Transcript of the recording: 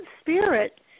spirit